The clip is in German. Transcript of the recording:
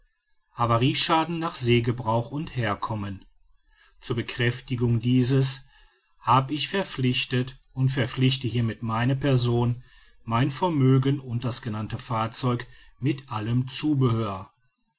havarieschäden nach seegebrauch und herkommen zur bekräftigung dieses habe ich verpflichtet und verpflichte hiermit meine person mein vermögen und das genannte fahrzeug mit allem zubehör